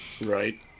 Right